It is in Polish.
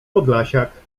podlasiak